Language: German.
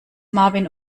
marvin